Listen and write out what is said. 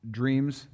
dreams